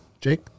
jake